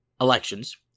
elections